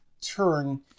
turn